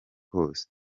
hose